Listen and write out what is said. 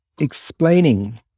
explaining